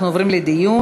אנחנו עוברים לדיון.